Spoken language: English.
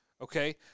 okay